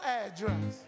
address